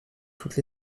toutes